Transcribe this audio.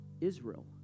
Israel